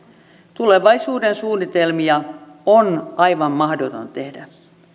tulevaisuudensuunnitelmia on aivan mahdotonta tehdä